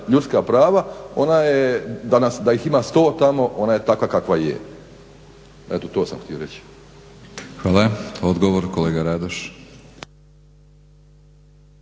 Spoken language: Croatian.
ljudska prava ona je da ih ima 100 tamo ona je takva kakva je. Eto to sam htio reći. **Batinić, Milorad